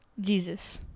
Jesus